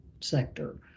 sector